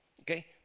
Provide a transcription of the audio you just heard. okay